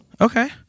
Okay